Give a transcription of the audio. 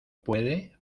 puede